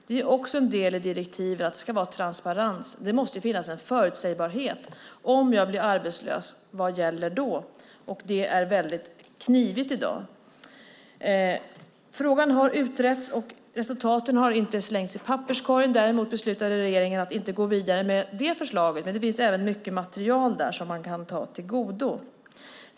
Det är också en del i direktivet; det ska vara transparens. Det måste finnas en förutsägbarhet. Om man blir arbetslös - vad gäller då? Det är knivigt i dag. Frågan har utretts, och resultaten har inte slängts i papperskorgen. Däremot beslutade regeringen att inte gå vidare med detta förslag. Men det finns även mycket material där som man kan ha till godo.